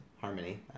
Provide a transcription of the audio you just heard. Harmony